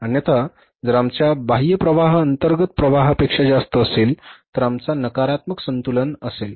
अन्यथा जर आमचा बाह्य प्रवाह अंतर्गत प्रवाहापेक्षा जास्त असेल तर आमचा नकारात्मक संतुलन असेल